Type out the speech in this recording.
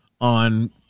on